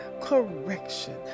correction